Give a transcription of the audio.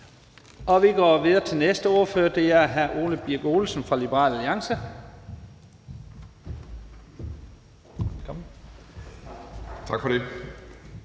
Vi går videre til næste ordfører, og det er hr. Ole Birk Olesen fra Liberal Alliance.